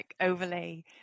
overlay